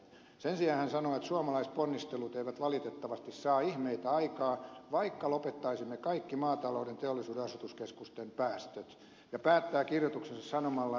sen sijaan hän sanoo että suomalaisponnistelut eivät valitettavasti saa ihmeitä aikaan vaikka lopettaisimme kaikki maatalouden teollisuuden ja asutuskeskusten päästöt ja päättää kirjoituksensa sanomalla